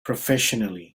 professionally